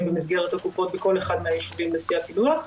במסגרת הקופות בכל אחד מהישובים לפי הפילוח,